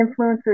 influencers